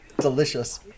Delicious